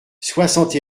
soixante